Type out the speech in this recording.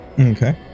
Okay